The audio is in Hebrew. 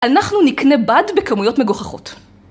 אנחנו נקנה בד בכמויות מגוחכות.